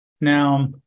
Now